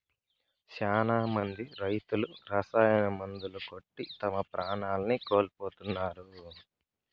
శ్యానా మంది రైతులు రసాయన మందులు కొట్టి తమ ప్రాణాల్ని కోల్పోతున్నారు